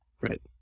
right